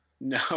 no